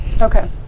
Okay